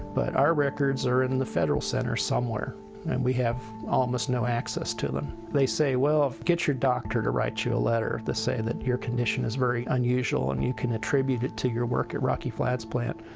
but our records are in the federal center somewhere and we have almost no access to them. they say, well, get your doctor to write you a letter to say that your condition is very unusual and you can attribute it to your work at rocky flats plant.